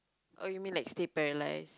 or you mean like stay paralysed